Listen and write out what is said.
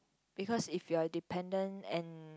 because if you are dependent and